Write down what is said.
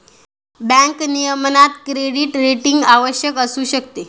bank नियमनात credit rating आवश्यक असू शकते